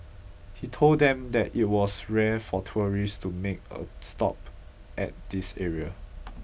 he told them that it was rare for tourists to make a stop at this area